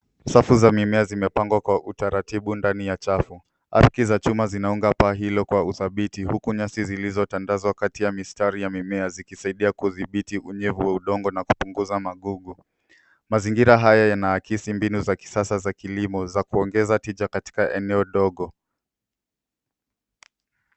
Safu za mimea zimepangwa kwa utaratibu ndani ya chafu. Arki za chuma zinaunga paa hiyo kwa udhabiti huku nyasi zilizotandazwa kati ya mistari ya mimea zikisaidia kudhibiti unyevu wa udongo na kupunguza magugu. Mazingira haya yana akisi mbinu za kisasa za kilimo za kuongeza tija katika eneo dogo.